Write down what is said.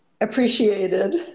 appreciated